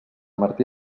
martí